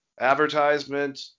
advertisement